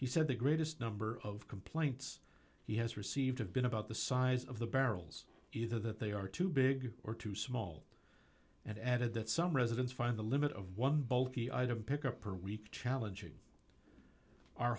he said the greatest number of complaints he has received have been about the size of the barrels either that they are too big or too small and added that some residents find the limit of one bulky i don't pick up per week challenging